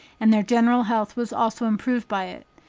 and their general health was also improved by it.